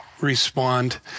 respond